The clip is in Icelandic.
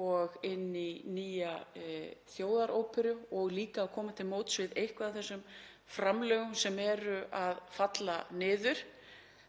og í nýja þjóðaróperu og á líka að koma til móts við eitthvað af þessum framlögum sem eru að falla niður.